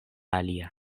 alia